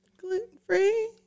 Gluten-free